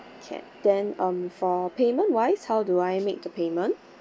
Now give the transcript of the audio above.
okay then um for payment wise how do I make the payment